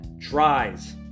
tries